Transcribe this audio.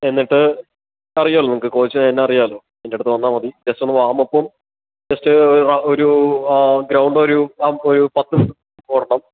എന്നിട്ട് അറിയാമല്ലോ നമുക്ക് കോച്ച് എന്നെ അറിയാമല്ലോ എൻ്റെ അടുത്ത് വന്നാൽ മതി ജസ്റ്റ് ഒന്ന് വാമപ്പും ജസ്റ്റ് ഒരു ഗ്രൗണ്ടൊരു പാം ഒരു പത്ത് ഓടണം